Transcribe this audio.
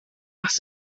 asked